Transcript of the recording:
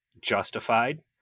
Justified